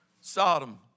Sodom